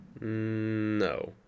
No